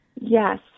Yes